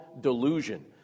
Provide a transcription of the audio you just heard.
delusion